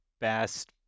best